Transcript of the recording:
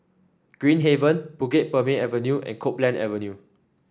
Green Haven Bukit Purmei Avenue and Copeland Avenue